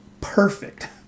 perfect